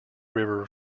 river